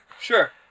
Sure